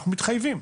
אנחנו מתחייבים.